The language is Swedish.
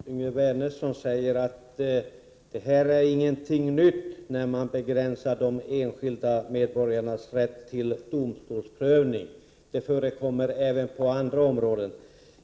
Herr talman! Yngve Wernersson säger att det inte är något nytt när man begränsar de enskilda medborgarnas rätt till domstolsprövning. Det förekommer även på andra områden.